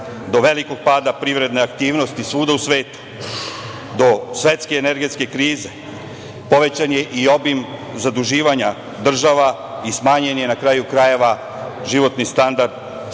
do velikog pada aktivnosti svuda u svetu, do svetske energetske krize. Povećan je i obim zaduživanja država i smanjen je, na kraju krajeva, životni standard većine